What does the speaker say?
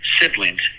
siblings